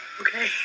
Okay